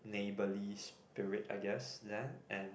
neighbourly spirit I guess then and